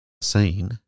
seen